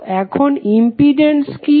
তো এখন ইম্পিডেন্স কি